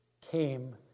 came